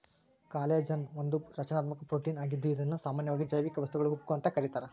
collagen ಒಂದು ರಚನಾತ್ಮಕ protein ಆಗಿದ್ದು ಇದುನ್ನ ಸಾಮಾನ್ಯವಾಗಿ ಜೈವಿಕ ವಸ್ತುಗಳ ಉಕ್ಕು ಅಂತ ಕರೀತಾರ